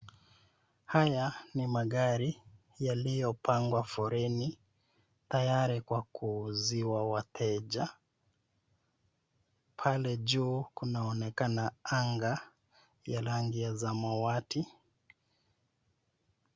Haya ni magari yaliyopangwa foleni tayari kwa kuuziwa wateja. Pale juu, kunaonekana anga ya rangi ya samawati.